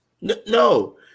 No